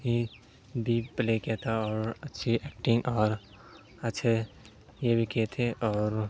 ہی deep play کیا تھا اور اچھی ایکٹنگ اور اچھے یہ بھی کیے تھے اور